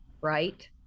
right